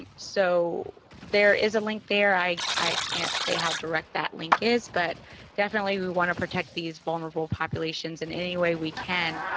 um so there is a link there. i, i can't say how direct that link is. but definitely we want to protect these vulnerable populations in any way we can.